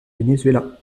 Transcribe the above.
venezuela